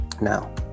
now